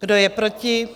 Kdo je proti?